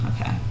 okay